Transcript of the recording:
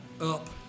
up